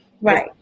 right